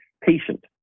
patient